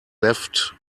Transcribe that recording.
left